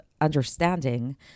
understanding